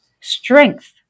strength